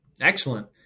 Excellent